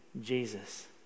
Jesus